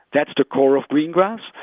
that's the core of greengrass.